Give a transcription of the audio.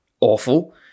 Awful